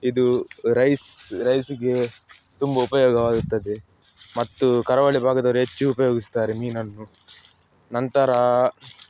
ಇದು ರೈಸ್ ರೈಸಿಗೆ ತುಂಬ ಉಪಯೋಗವಾಗುತ್ತದೆ ಮತ್ತು ಕರಾವಳಿ ಭಾಗದವ್ರು ಹೆಚ್ಚು ಉಪಯೋಗಿಸುತ್ತಾರೆ ಮೀನನ್ನು ನಂತರ